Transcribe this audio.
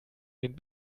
den